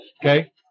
Okay